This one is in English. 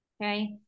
okay